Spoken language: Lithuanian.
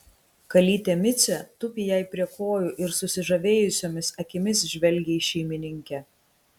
kalytė micė tupi jai prie kojų ir susižavėjusiomis akimis žvelgia į šeimininkę